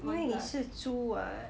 因为你是猪 what